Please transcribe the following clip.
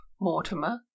Mortimer